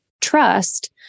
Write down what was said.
trust